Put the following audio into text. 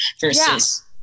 versus